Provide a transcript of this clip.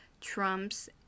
Trump's